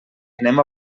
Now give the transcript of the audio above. anem